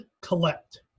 collect